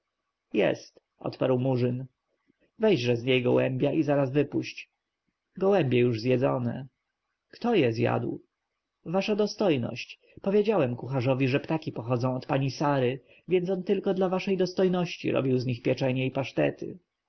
odparł murzyn weźże z niej gołębia i zaraz wypuść gołębie już zjedzone kto je zjadł wasza dostojność powiedziałem kucharzowi że ptaki te pochodzą od pani sary więc on tylko dla waszej dostojności robił z nich pieczenie i pasztety